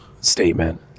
statement